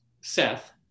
Seth